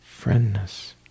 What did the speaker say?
friendness